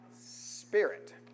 Spirit